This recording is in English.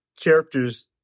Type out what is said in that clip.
characters